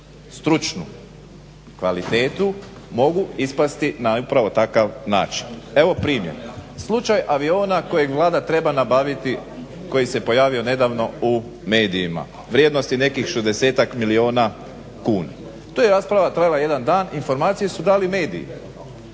stručnu kvalitetu mogu ispasti na upravo takav način. Evo primjer. Slučaj aviona kojeg Vlada treba nabaviti, koji se pojavio nedavno u medijima vrijednosti nekih 60-tak milijuna kuna. To je rasprava trajala jedan dan, informacije su dali mediji